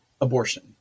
abortion